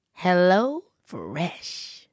HelloFresh